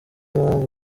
mpamvu